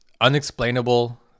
unexplainable